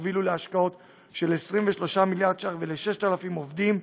שהובילו להשקעות של 23 מיליארד ש"ח ול-6,000 עובדים,